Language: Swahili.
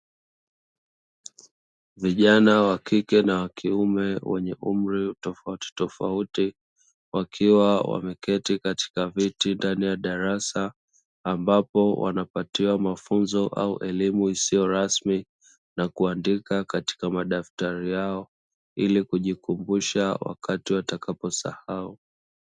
Vijana wakike na wakiume wenye umri tofautitofauti wakiwa wameketi katika viti ndani ya darasa, ambapo wanapatiwa mafunzo au elimu isiyo rasmi na kuandika katika madaftari yao ili kujikumbusha wakati watakaposahau.